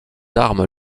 armes